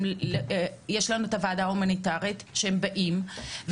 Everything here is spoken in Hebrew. אלא שיש לנו את הוועדה ההומניטארית שהם מגיעים אליה,